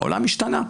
העולם השתנה.